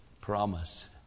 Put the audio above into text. promise